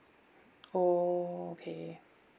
oh okay